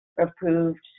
approved